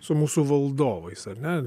su mūsų valdovais ane